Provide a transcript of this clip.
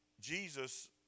Jesus